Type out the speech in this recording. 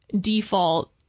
default